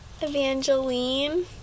Evangeline